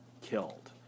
killed